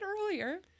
earlier